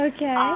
Okay